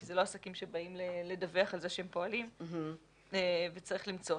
זה לא עסקים שבאים לדווח על זה שהם פועלים וצריך למצוא אותם.